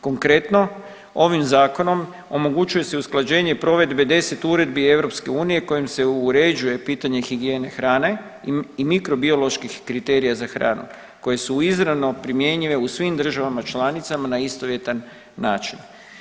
Konkretno ovim zakonom omogućuje se usklađenje provedbe deset uredbi EU kojim se uređuje pitanje higijene hrane i mikro bioloških kriterija za hranu koje su izravno primjenjive u svim državama članicama na istovjetan način.